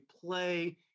play